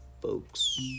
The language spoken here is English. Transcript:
folks